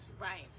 Right